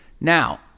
Now